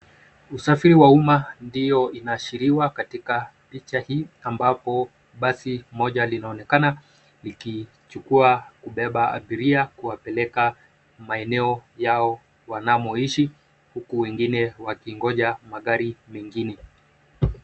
Usafiri wa umma ndio inaashiriwa katika picha hii ambapo basi moja linaonekana likichukua kubeba abiria kuwapeleka maeneo yao wanamoishi huku wengine wakingoja magari mengine.